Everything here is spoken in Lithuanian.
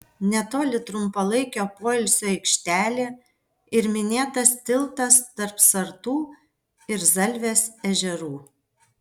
netoli trumpalaikio poilsio aikštelė ir minėtas tiltas tarp sartų ir zalvės ežerų